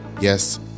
Yes